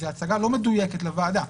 זו הצגה לא מדויקת לוועדה.